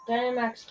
Dynamax